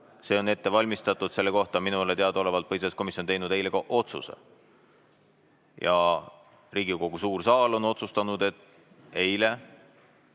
See on ette valmistatud, selle kohta on minule teadaolevalt põhiseaduskomisjon teinud eile ka otsuse. Riigikogu suur saal otsustas eile